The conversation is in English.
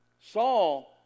Saul